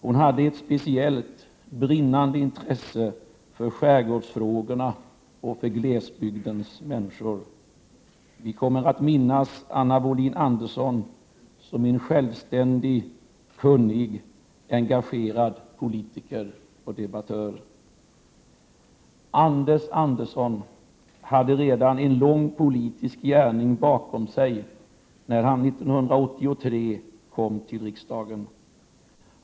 Hon hade ett speciellt brinnande intresse för skärgårdsfrågorna och för glesbygdens människor. Vi kommer att minnas Anna Wohlin-Andersson som en självständig och kunnig politiker och engagerad debattör. Anders Andersson hade redan en lång politisk gärning bakom sig, när han 1983 kom till riksdagen.